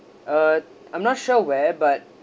uh I'm not sure where but